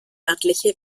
örtliche